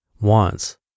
wants